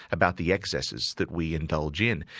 about the excesses that we indulge in.